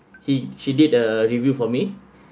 he she did a review for me